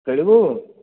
ଖେଳିବୁ